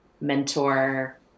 mentor